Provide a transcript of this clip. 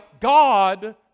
God